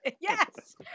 Yes